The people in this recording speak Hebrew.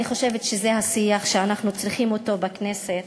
אני חושבת שזה השיח שאנחנו צריכים בכנסת.